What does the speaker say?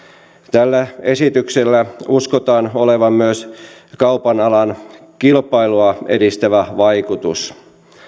tällä esityksellä uskotaan olevan myös kaupan alan kilpailua edistävä vaikutus